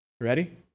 Ready